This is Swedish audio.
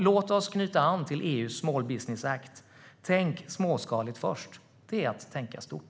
Låt oss knyta an till EU:s Small Business Act. Tänk småskaligt först! Det är att tänka stort.